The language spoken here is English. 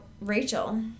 rachel